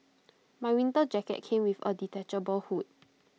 my winter jacket came with A detachable hood